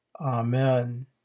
Amen